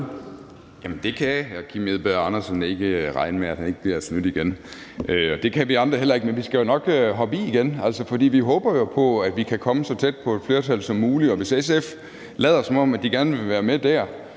Jamen det kan hr. Kim Edberg Andersen ikke regne med, altså at han ikke bliver snydt igen. Det kan vi andre heller ikke, men vi skal jo nok hoppe i igen, for vi håber jo på, at vi kan komme så tæt på et flertal som muligt. Og hvis SF lader, som om de gerne vil være med dér,